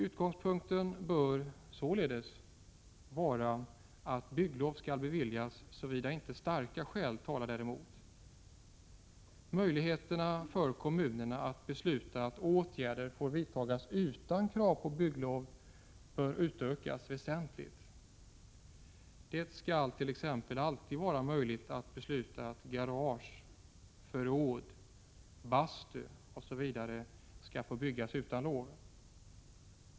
Utgångspunkten bör således vara att bygglov skall beviljas, såvida inte starka skäl talar däremot. Möjligheterna för kommunerna att besluta att åtgärder får vidtas utan krav på bygglov bör utökas väsentligt. Det skallt.ex. alltid vara möjligt att besluta att garage, förråd, bastu osv. skall få byggas utan lov.